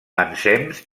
ensems